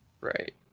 Right